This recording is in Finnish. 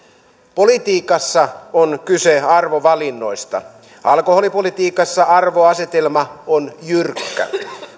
politiikassa on kyse arvovalinnoista alkoholipolitiikassa arvoasetelma on jyrkkä